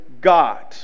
God